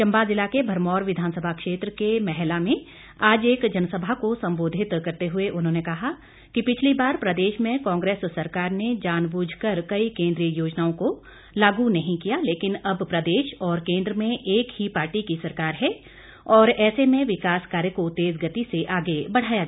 चंबा ज़िला के भरमौर विधानसभा क्षेत्र के मैहला में आज एक जनसभा को संबोधित करते हुए उन्होंने कहा कि पिछली बार प्रदेश में कांग्रेस सरकार ने जानबूझ कर कई केंद्रीय योजनाओं को लागू नहीं किया लेकिन अब प्रदेश और केंद्र में एक ही पार्टी की सरकार है और ऐसे में विकास कार्य को तेज गति से आगे बढ़ाया जाएगा